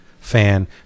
Fan